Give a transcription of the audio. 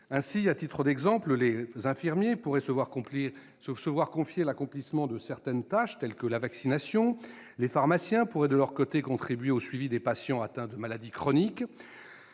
Ainsi, les infirmiers pourraient se voir confier l'accomplissement de certains actes, tels que les vaccinations. Les pharmaciens pourraient, de leur côté, contribuer au suivi des patients atteints de maladies chroniques.